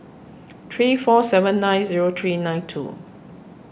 three four seven nine zero three nine two